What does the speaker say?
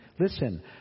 Listen